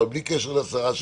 אבל בלי קשר לסערה,